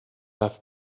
have